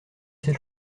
cette